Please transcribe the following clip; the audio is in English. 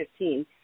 2015